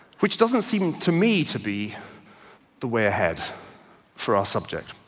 which doesn't seem to me to be the way ahead for our subject.